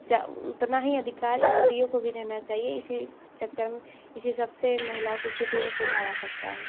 ज्या उतना ही अधिकार स्त्रियों को भी देना चाहिए इसी चक्कर में इसी सबसे महिलाओं कि स्थिति में सुधार आ सकता है